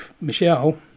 Michelle